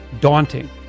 daunting